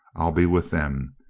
i'll be with them.